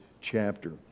chapter